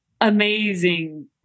amazing